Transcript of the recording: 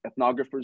ethnographers